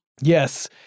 Yes